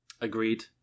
Agreed